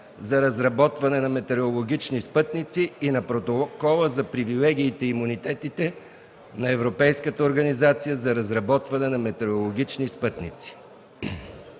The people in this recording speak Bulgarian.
за разработване на метеорологични спътници и на Протокола за привилегиите и имунитетите на Европейската организация за разработване на метеорологични спътници,